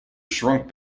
shrunk